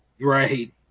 Right